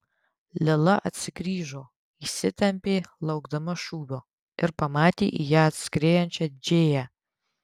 lila atsigrįžo įsitempė laukdama šūvio ir pamatė į ją atskriejančią džėją